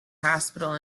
hospital